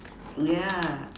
yeah